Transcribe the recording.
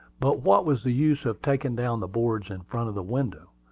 but what was the use of taking down the boards in front of the window?